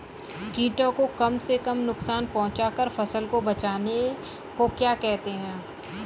कीटों को कम से कम नुकसान पहुंचा कर फसल को बचाने को क्या कहते हैं?